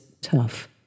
tough